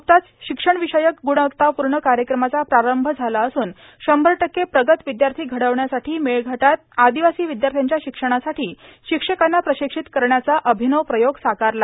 न्कताच र्शिक्षर्णावषयक ग्णवत्तापूण कायक्रमाचा प्रारंभ झाला असून शंभर टक्के प्रगत र्वदयार्था घर्डावण्यासाठी मेळघाटात आर्दिवासी र्विद्यार्थ्याच्या शिक्षणासाठी र्शिक्षकांना प्राशक्षित करण्याचा र्आभनव प्रयोग साकारला